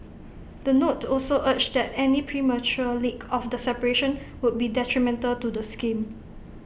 the note also urged that any premature leak of the separation would be detrimental to the scheme